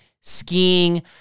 skiing